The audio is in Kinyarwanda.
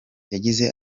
yagize